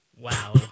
Wow